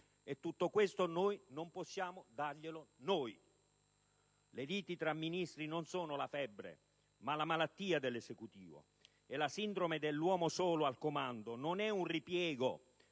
E tutto questo a loro non possiamo darlo noi: le liti tra Ministri non sono la febbre, ma la malattia dell'Esecutivo e la sindrome dell'uomo solo al comando non è un ripiego